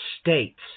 states